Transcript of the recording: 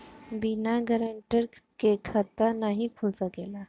बिना गारंटर के खाता नाहीं खुल सकेला?